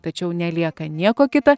tačiau nelieka nieko kita